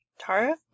Tara